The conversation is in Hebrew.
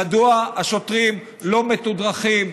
מדוע השוטרים לא מתודרכים,